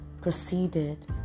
proceeded